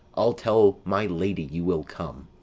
i'll tell my lady you will come.